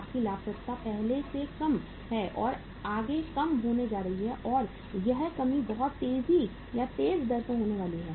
आपकी लाभप्रदता पहले से कम है और आगे कम होने जा रही है और यह कमी बहुत तेज दर पर होने वाली है